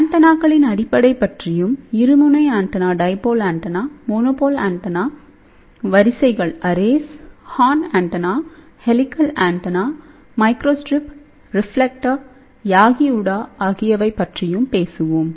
antenna கண்களின் அடிப்படை பற்றியும் இருமுனை ஆண்டெனா மோனோபோல் ஆண்டெனா வரிசைகள்arrays arrays horn antenna helical antenna microstrip reflector Yagi Uda ஆகியவை பற்றியும் பேசுவோம்